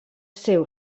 seu